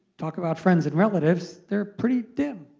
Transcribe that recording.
talk about friends and relatives, they're pretty dim.